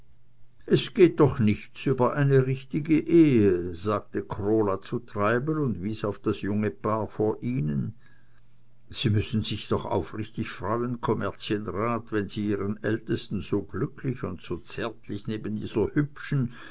es geht doch nichts über eine richtige ehe sagte krola zu treibel und wies auf das junge paar vor ihnen sie müssen sich doch aufrichtig freuen kommerzienrat wenn sie ihren ältesten so glücklich und so zärtlich neben dieser hübschen